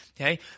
Okay